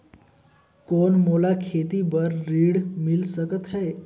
कौन मोला खेती बर ऋण मिल सकत है?